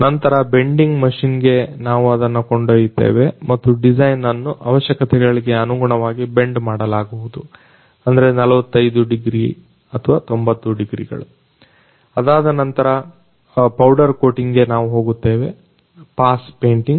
ನಂತರ bending machine ಗೆ ನಾವು ಇದನ್ನು ಕೊಂಡೊಯ್ಯುತ್ತೇವೆ ಮತ್ತು ಡಿಸೈನ್ ಅನ್ನು ಅವಶ್ಯಕತೆಗಳಿಗೆ ಅನುಗುಣವಾಗಿ ಬೆಂಡ್ ಮಾಡಲಾಗುವುದು 4590 ಡಿಗ್ರಿಗಳು ಅದಾದ ನಂತರ ಪೌಡರ್ ಕೋಟಿಂಗ್ ಗೆ ನಾವು ಹೋಗುತ್ತೇವೆ ಪಾಸ್ ಪೇಟಿಂಗ್